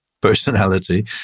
personality